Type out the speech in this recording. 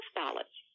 ballots